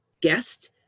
guest